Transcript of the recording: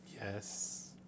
Yes